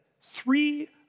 three